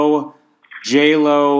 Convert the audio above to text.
J-Lo